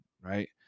right